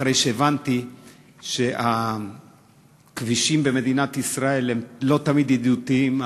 אחרי שהבנתי שהכבישים במדינת ישראל הם לא תמיד ידידותיים,